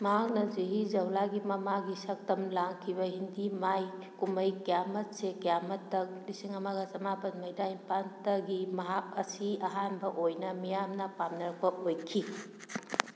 ꯃꯍꯥꯛꯅ ꯖꯨꯍꯤ ꯖꯧꯎꯂꯥꯒꯤ ꯃꯃꯥꯒꯤ ꯁꯛꯇꯝ ꯂꯥꯡꯈꯤꯕ ꯍꯤꯟꯗꯤ ꯃꯥꯏ ꯀꯨꯝꯍꯩ ꯀꯌꯥꯃꯠꯁꯦ ꯀꯌꯥꯃꯠ ꯇꯥꯛ ꯂꯤꯁꯤꯡ ꯑꯃꯒ ꯆꯃꯥꯄꯜ ꯃꯧꯗ꯭ꯔꯥ ꯅꯤꯄꯥꯜꯗꯒꯤ ꯃꯍꯥꯛ ꯑꯁꯤ ꯑꯍꯥꯟꯕ ꯑꯣꯏꯅ ꯃꯤꯌꯥꯝꯅ ꯄꯥꯝꯅꯔꯛꯄ ꯑꯣꯏꯈꯤ